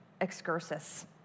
excursus